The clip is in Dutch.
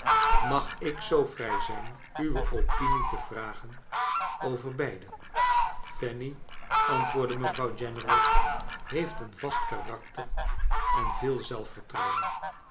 mag ik zoo vrij zijn uwe opinio te vragen over beiden fanny antwoordde mevrouw general heeft een vast karakter en veel zelfvertrouwen